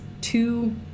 two